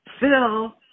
Phil